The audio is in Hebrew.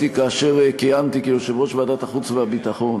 כאשר כיהנתי כיושב-ראש ועדת החוץ והביטחון: